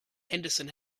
henderson